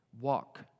walk